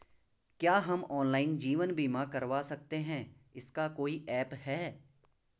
क्या हम ऑनलाइन जीवन बीमा करवा सकते हैं इसका कोई ऐप है?